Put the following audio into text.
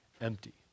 empty